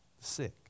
Sick